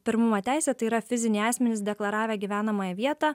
pirmumo teisę tai yra fiziniai asmenys deklaravę gyvenamąją vietą